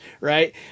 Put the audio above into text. right